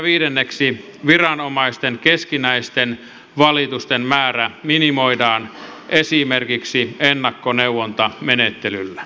viidenneksi viranomaisten keskinäisten valitusten määrä minimoidaan esimerkiksi ennakkoneuvontamenettelyllä